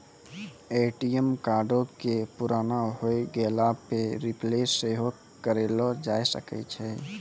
ATM कार्डो के पुराना होय गेला पे रिप्लेस सेहो करैलो जाय सकै छै